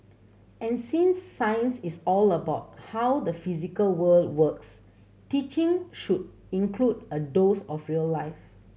and since science is all about how the physical world works teaching should include a dose of real life